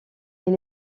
est